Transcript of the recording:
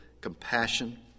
compassion